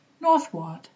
Northward